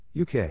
UK